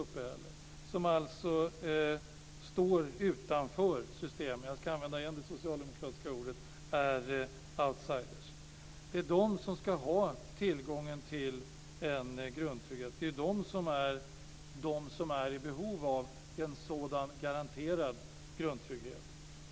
Det handlar om dem som alltså står utanför systemet, de som är - jag ska använda det socialdemokratiska ordet igen - outsiders. Det är de som ska ha tillgång till en grundtrygghet. Det är de som är i behov av en sådan garanterad grundtrygghet.